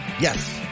Yes